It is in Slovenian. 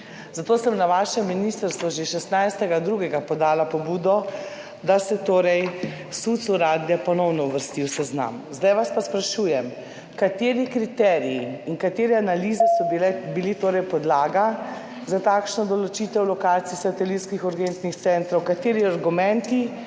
Zato sem na vaše ministrstvo že 16. 2. podala pobudo, da se torej SUC v Radljah ponovno uvrsti v seznam. Zdaj vas pa sprašujem: Kateri kriteriji in katere analize so bile podlaga za takšno določitev lokacij satelitskih urgentnih centrov? / nemir